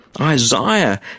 Isaiah